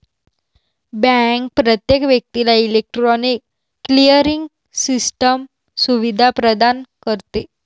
bank प्रत्येक व्यक्तीला electronic clearing system सुविधा प्रदान करते